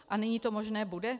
A nyní to možné bude?